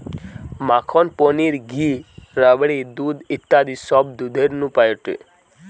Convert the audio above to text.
মাখন, পনির, ঘি, রাবড়ি, দুধ ইত্যাদি সব দুধের নু পায়েটে